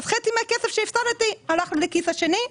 חצי מהכסף שהפסדתי הלך לכיס השני,